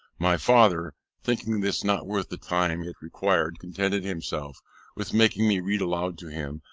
my father, thinking this not worth the time it required, contented himself with making me read aloud to him,